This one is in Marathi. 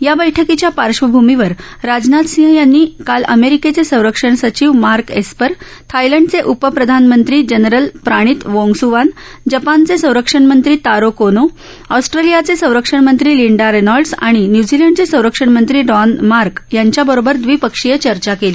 या बैठकीच्या पार्श्वभूमीवर राजनाथ सिंह यांनी काल अमेरिकेचे संरक्षण सचिव मार्क एस्पर थायलंडचे उपप्रधानमंत्री जनरल प्राणित वोंगस्वान जपानचे संरक्षण मंत्री तारो कोनो ऑस्ट्रेलियाचे संरक्षण मंत्री लिंडा रेनॉल्ड्स आणि न्यूझिलंडचे संरक्षण मंत्री रॉन मार्क यांच्याबरोबर दविपक्षीय चर्चा केली